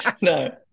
no